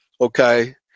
Okay